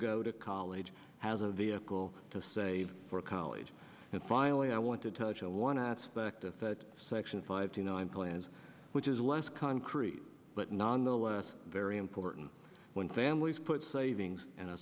go to college has a vehicle to save for college and finally i want to touch on one aspect of that section five to nine plans which is less concrete but non very important when families put savings and a